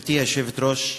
גברתי היושבת-ראש,